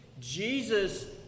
Jesus